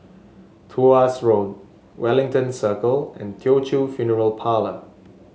Tuas Road Wellington Circle and Teochew Funeral Parlour